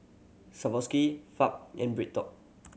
Swarovski Fab and BreadTalk